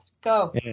Go